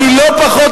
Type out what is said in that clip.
אני אומר לכם,